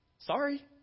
sorry